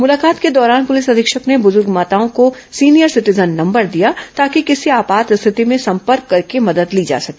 मुलाकात के दौरान प्रलिस अधीक्षक ने बुजुग माताओं को सीनियर सिटीजन नंबर दिया ताकि किसी आपात स्थिति में संपर्क कर मदद ली जा सके